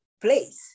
place